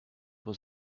was